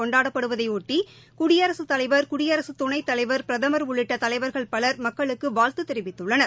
கொண்டாடப்படுவதையொட்டி குடியரசுத் தலைவர் குடியரசு துணைத்தலைவர் பிரதமர் உள்ளிட்ட தலைவர்கள் பலர் மக்களுக்கு வாழ்த்து தெரிவித்துள்ளனர்